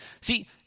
See